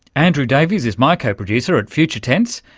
andrew davies is my co-producer at future tense.